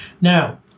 Now